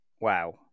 Wow